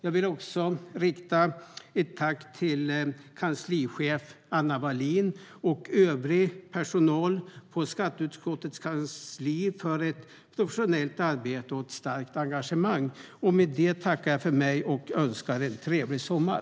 Jag vill också tacka kanslichef Ann-Marie Wallin och övrig personal på skatteutskottets kansli för ett professionellt arbete och starkt engagemang. Med det önskar jag en trevlig sommar!